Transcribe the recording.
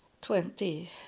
twenty